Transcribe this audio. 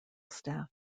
staff